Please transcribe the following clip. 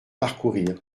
parcourir